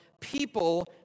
people